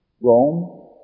Rome